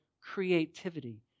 creativity